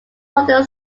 london